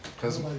Cause